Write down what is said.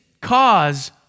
cause